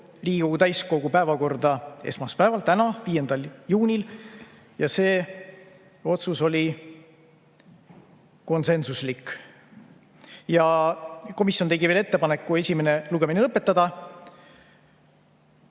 Riigikogu täiskogu päevakorda esmaspäeval, 5. juunil. See otsus oli konsensuslik. Ja komisjon tegi veel ettepaneku esimene lugemine lõpetada.